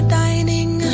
dining